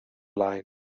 line